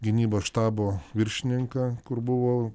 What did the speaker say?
gynybos štabo viršininką kur buvo